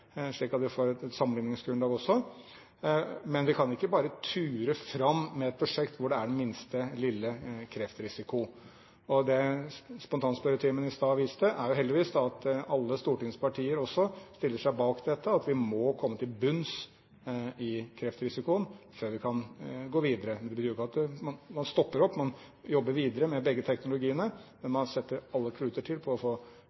slik at vi får et sammenligningsgrunnlag også. Vi kan ikke bare ture fram med et prosjekt hvor det er den minste lille kreftrisiko. Det spontanspørretimen i stad heldigvis viste, er at alle stortingspartier også stiller seg bak dette, at vi må komme til bunns i kreftrisikoen før vi kan gå videre. Det betyr ikke at man stopper opp. Man jobber videre med begge teknologiene, men man setter alle kluter til for å få